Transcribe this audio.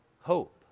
hope